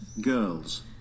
girls